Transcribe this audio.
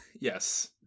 Yes